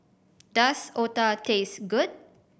does otah taste good